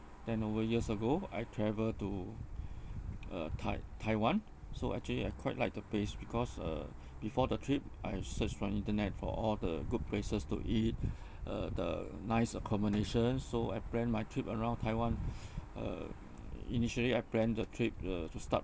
ten over years ago I travel to uh tai~ taiwan so actually I quite like the place because uh before the trip I search from internet for all the good places to eat uh the nice accommodation so I plan my trip around taiwan um initially I plan the trip uh to start